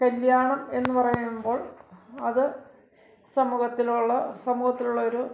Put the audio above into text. കല്ല്യാണം എന്ന് പറയുമ്പോൾ അത് സമൂഹത്തിലുള്ള സമൂഹത്തിലുള്ള ഒരു